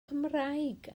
cymraeg